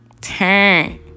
turn